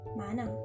mana